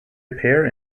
appear